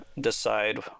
decide